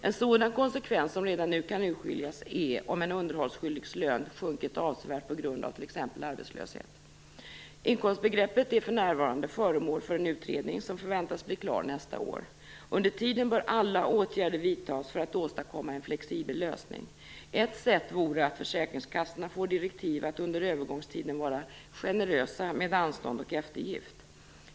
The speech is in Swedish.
En sådan konsekvens som redan nu kan urskiljas är om en underhållsskyldigs lön sjunkit avsevärt på grund av t.ex. arbetslöshet. Inkomstbegreppet är för närvarande föremål för en utredning som förväntas bli klar nästa år. Under tiden bör alla åtgärder vidtas för att åstadkomma en flexibel lösning. Ett sätt vore att försäkringskassorna får direktiv att under övergångstiden vara generösa med anstånd och eftergift.